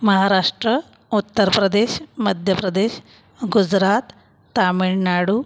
Maharashtra Uttar Pradesh Madhya Pradesh Gujarat Tamil Nadu